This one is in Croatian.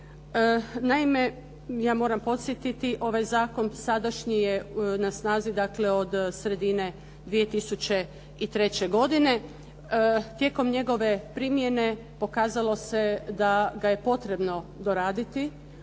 Naime, ja moram podsjetiti ovaj zakon sadašnji je na snazi dakle od sredine 2003. godine. Tijekom njegove primjene pokazalo se da ga je potrebno doraditi,